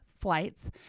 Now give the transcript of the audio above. flights